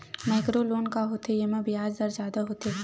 Micro loan का होथे येमा ब्याज दर जादा होथे का?